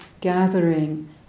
gathering